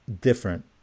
different